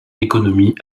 économie